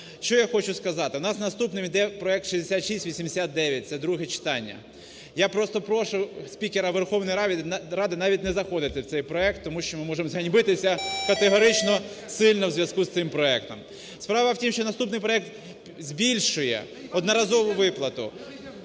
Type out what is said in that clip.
Що я хочу сказати, у нас наступним йде проект 6689, це друге читання. Я просто прошу спікера Верховної Ради навіть не заходити в цей проект, тому що ми можемо зганьбитися категорично сильно в зв'язку з цим проектом. Справа в тім, що наступний проект збільшує одноразову виплату.